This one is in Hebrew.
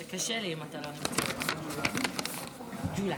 בועז, הצבעה שמית, אני מבין, נכון?